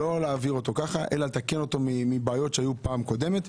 לא להעביר אותו ככה אלא לתקן אותו מבעיות שהיו בפעם הקודמת,